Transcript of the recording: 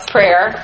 Prayer